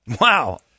Wow